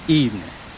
evening